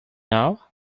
now